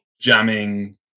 jamming